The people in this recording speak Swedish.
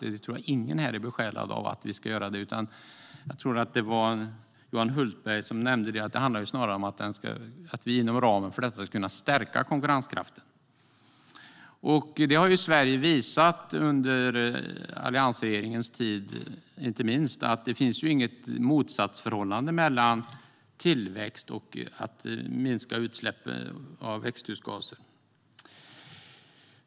Jag tror att ingen här är besjälad av tanken att vi skulle göra det, utan det handlar snarare om, vilket jag tror att det var Johan Hultberg som var inne på, att vi inom ramen för detta ska kunna stärka konkurrenskraften. Sverige har visat, inte minst under alliansregeringens tid, att det inte finns något motsatsförhållande mellan tillväxt och att minska utsläpp av växthusgaser.